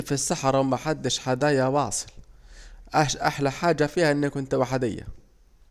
في الصحرا ومحدش حدايا واصل، احلى حاجة فيها اني كنت واحديا